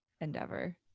endeavor